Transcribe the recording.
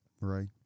right